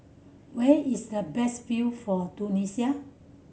where is the best view for Tunisia